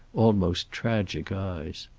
almost tragic eyes.